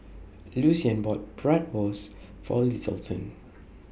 Lucian bought Bratwurst For Littleton